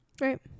right